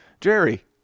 Jerry